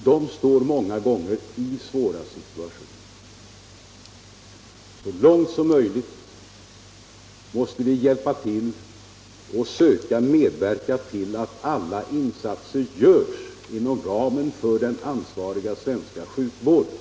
De står många gånger i svåra situationer. Så långt som möjligt måste vi söka medverka till att alla insatser görs inom ramen för den ansvariga svenska sjukvården.